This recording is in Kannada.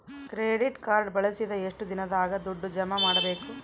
ಕ್ರೆಡಿಟ್ ಕಾರ್ಡ್ ಬಳಸಿದ ಎಷ್ಟು ದಿನದಾಗ ದುಡ್ಡು ಜಮಾ ಮಾಡ್ಬೇಕು?